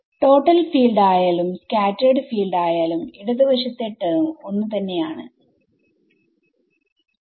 total field ആയാലും scattered field ആയാലും ഇടത് വശത്തെ ടെർമ് ഒന്ന് തന്നെ ആണ്